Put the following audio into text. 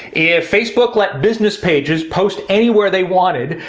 if facebook let business pages post anywhere they wanted,